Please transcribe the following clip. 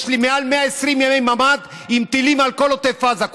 יש לי מעל 120 ימי ממ"ד עם טילים על כל עוטף עזה.